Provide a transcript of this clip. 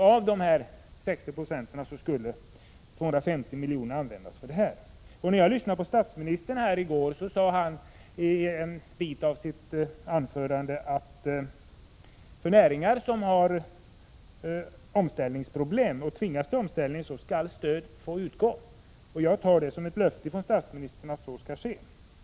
Av dessa 60 90 skulle alltså 250 miljoner användas för detta ändamål. Statsministern sade i sitt anförande här i går att för näringar som tvingas till omställning och har omställningsproblem skall stöd utgå. Jag tar det som ett löfte från statsministern om att så skall ske.